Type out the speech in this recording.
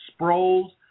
Sproles